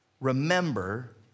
remember